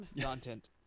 content